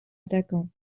attaquant